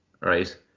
right